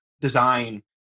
design